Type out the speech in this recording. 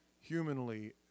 humanly